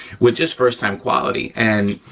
with just first time quality and